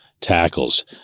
tackles